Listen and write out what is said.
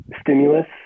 stimulus